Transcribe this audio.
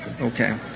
Okay